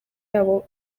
yabo